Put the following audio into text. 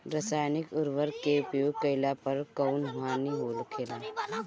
रसायनिक उर्वरक के उपयोग कइला पर कउन हानि होखेला?